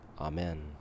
Amen